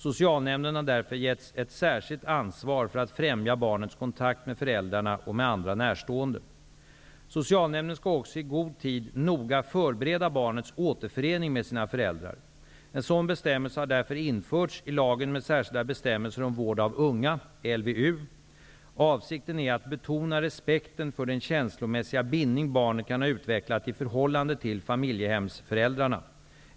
Socialnämnden har därför givits ett särskilt ansvar för att främja barnets kontakt med föräldrarna och med andra närstående. Socialnämnden skall också i god tid noga förbereda barnets återförening med sina föräldrar. En sådan bestämmelse har därför införts i lagen LVU. Avsikten är att betona respekten för den känslomässiga bindning barnet kan ha utvecklat i förhållandet till familjehemsföräldrarna.